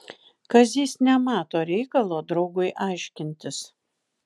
kazys nemato reikalo draugui aiškintis